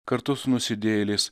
kartu su nusidėjėliais